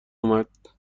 اومد